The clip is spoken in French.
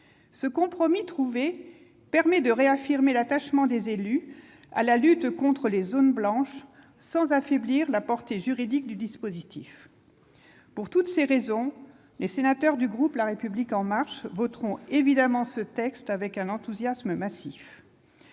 Ce compromis permet de réaffirmer l'attachement des élus à la lutte contre les zones blanches, sans affaiblir la portée juridique du dispositif. Pour toutes ces raisons, les sénateurs du groupe La République En Marche voteront évidemment en faveur de ce texte avec un enthousiasme massif.